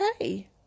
okay